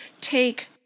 take